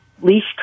leash